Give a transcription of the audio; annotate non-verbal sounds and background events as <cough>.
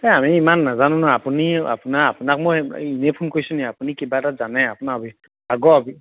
এই আমি ইমান নেজানো নহয় আপুনি আপোনাৰ আপোনাক মই <unintelligible> এনেই ফোন কৰিছোঁ নি আপুনি কিবা এটা জানে আপোনাৰ অভিজ্ঞতা আগৰ <unintelligible>